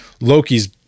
Loki's